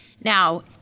Now